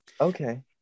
Okay